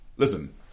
Listen